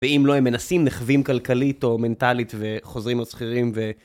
ואם לא, הם מנסים נכווים כלכלית או מנטלית וחוזרים לסחירים ו...